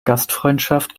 gastfreundschaft